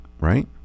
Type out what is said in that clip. right